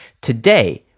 Today